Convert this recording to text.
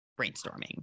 brainstorming